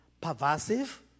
pervasive